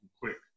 quick